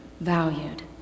valued